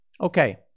Okay